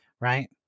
Right